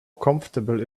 comfortable